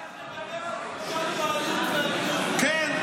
תכף נדבר על תחושת בעלות ועל --- על קבוצת מיעוט שמרגישה --- כן,